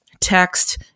text